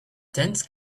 dense